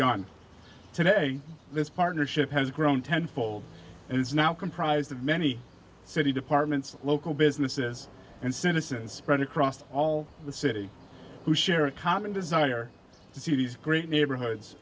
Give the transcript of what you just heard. begun today this partnership has grown ten fold and is now comprised of many city departments local businesses and citizens spread across all the city who share a common desire to see these great neighborhoods